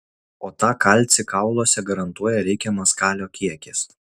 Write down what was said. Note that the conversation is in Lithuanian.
o tą kalcį kauluose garantuoja reikiamas kalio kiekis